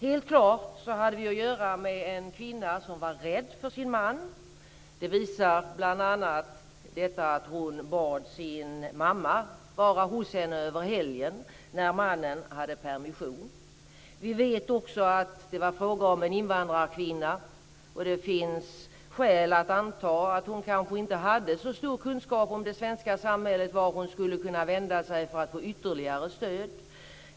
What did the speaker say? Helt klart hade vi att göra med en kvinna som var rädd för sin man. Det visar bl.a. detta att hon bad sin mamma vara hos henne över helgen när mannen hade permission. Vi vet också att det var fråga om en invandrarkvinna, och det finns skäl att anta att hon inte hade så stor kunskap om det svenska samhället och vart hon skulle vända sig för att få ytterligare stöd.